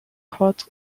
court